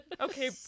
Okay